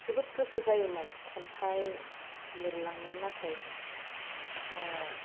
जोबोद गोसो जायो मोन खन्थाइ लेरलांनो नाथाय